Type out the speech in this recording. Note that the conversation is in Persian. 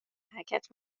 حرکت